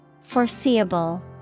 Foreseeable